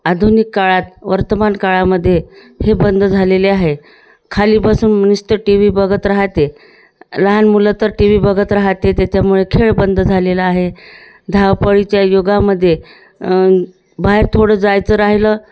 आधुनिक काळात वर्तमानकाळामध्ये हे बंद झालेले आहे खालीपासून निस्तं टी व्ही बघत राहाते लहान मुलं तर टी व्ही बघत राहते त्याच्यामुळे खेळ बंद झालेलं आहे धावपळीच्या युगामध्ये बाहेर थोडं जायचं राहिलं